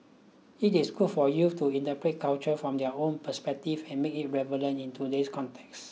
it is good for youth to interpret culture from their own perspective and make it relevant in today's context